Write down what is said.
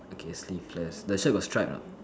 okay sleeveless the shirt got stripe or not